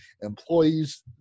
employees